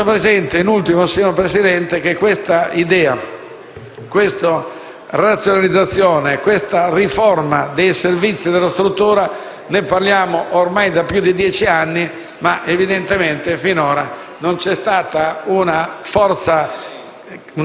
Faccio presente da ultimo, signora Presidente, che parliamo di questa idea, di questa razionalizzazione e di questa riforma dei Servizi e della struttura ormai da più di dieci anni, ma evidentemente finora non c'è stata una forte